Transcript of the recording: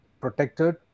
protected